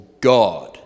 God